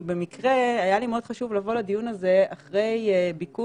כי במקרה היה לי מאוד חשוב לבוא לדיון הזה אחרי ביקור,